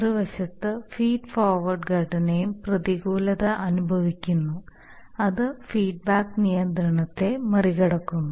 മറുവശത്ത് feed forward ഘടനയും പ്രതികൂലത അനുഭവിക്കുന്നു അത് ഫീഡ്ബാക്ക് നിയന്ത്രണത്തെ മറികടക്കുന്നു